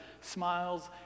smiles